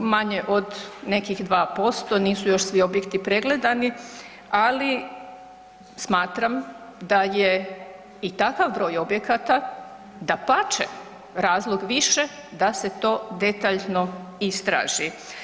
Manje od nekih 2%, nisu još svi objekti pregledani, ali smatram da je i takav broj objekata, dapače, razlog više da se to detaljno istraži.